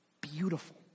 beautiful